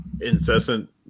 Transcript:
incessant